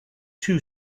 too